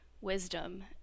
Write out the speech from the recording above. wisdom